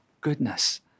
goodness